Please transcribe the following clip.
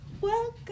welcome